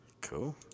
Cool